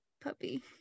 puppy